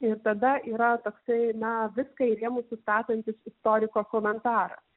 ir tada yra toksai na viską į rėmus sustatantis istoriko komentaras